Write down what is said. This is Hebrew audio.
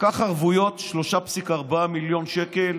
לקח ערבויות של 3.4 מיליון שקל